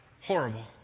horrible